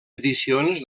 edicions